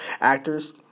actors